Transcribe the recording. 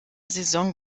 saison